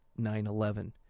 9-11